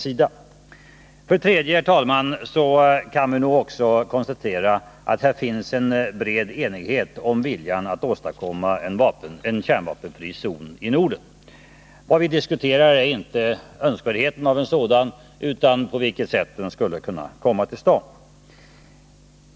Vidare kan också, herr talman, konstateras att det finns en bred enighet om viljan att åstadkomma en kärnvapenfri zon i Norden. Vad vi diskuterar är inte önskvärdheten av en sådan utan på vilket sätt den skulle kunna komma till stånd.